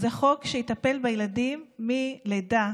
זה חוק שיטפל בילדים מלידה